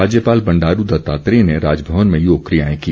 राज्यपाल बंडारू दत्तात्रेय ने राजभवन में योग क्रियाएं की